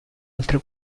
altre